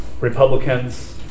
Republicans